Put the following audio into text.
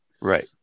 right